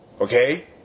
okay